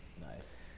Nice